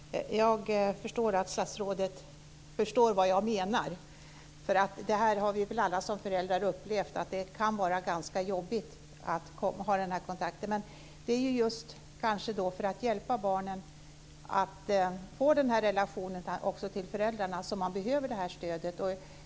Fru talman! Jag förstår att statsrådet förstår vad jag menar. Vi har väl alla som föräldrar upplevt att det kan vara ganska jobbigt att hålla den där kontakten. Men det är ju just för att hjälpa barnen med relationen till föräldrarna som man behöver det här stödet.